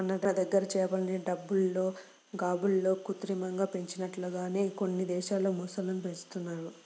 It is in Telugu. మన దగ్గర చేపలను టబ్బుల్లో, గాబుల్లో కృత్రిమంగా పెంచినట్లుగానే కొన్ని దేశాల్లో మొసళ్ళను పెంచుతున్నారు